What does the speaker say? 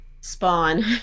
spawn